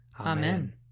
Amen